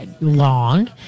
long